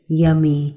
yummy